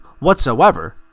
whatsoever